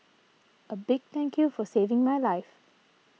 a big thank you for saving my life